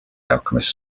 alchemist